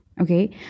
Okay